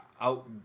out